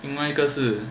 另外一个是